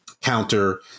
counter